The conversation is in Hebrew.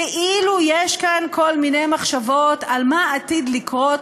כאילו יש כאן כל מיני מחשבות על מה עתיד לקרות